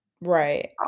right